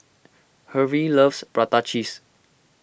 Hervey loves Prata Cheese